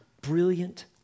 brilliant